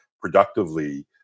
productively